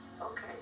Okay